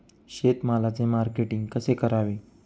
शेतमालाचे मार्केटिंग कसे करावे?